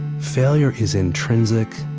failure is intrinsic,